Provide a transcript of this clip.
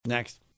next